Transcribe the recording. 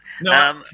No